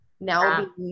Now